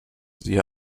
sie